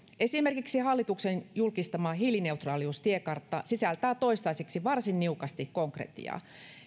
esimerkiksi hallituksen julkistama hiilineutraaliustiekartta sisältää toistaiseksi varsin niukasti konkretiaa